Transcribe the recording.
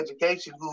education